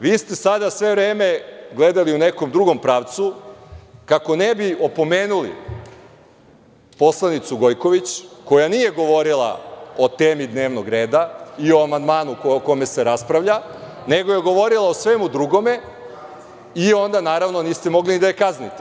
Vi ste sada sve vreme gledali u nekom drugom pravcu kako ne bi opomenuli poslanicu Gojković, koja nije govorila o temi dnevnog reda i o amandmanu o kome se raspravlja, nego je govorila o svemu drugome i onda naravno niste mogli da je kaznite.